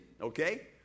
okay